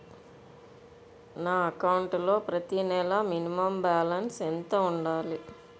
నా అకౌంట్ లో ప్రతి నెల మినిమం బాలన్స్ ఎంత ఉండాలి?